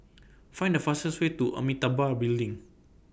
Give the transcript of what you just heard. Find The fastest Way to Amitabha Building